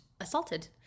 assaulted